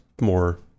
more